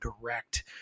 direct